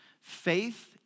faith